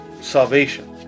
salvation